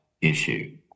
issue